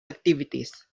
activities